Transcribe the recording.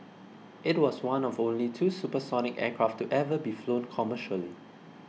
it was one of only two supersonic aircraft to ever be flown commercially